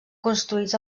construïts